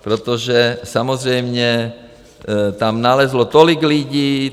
Protože samozřejmě tam nalezlo tolik lidí.